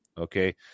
okay